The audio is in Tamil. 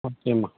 ஓகேம்மா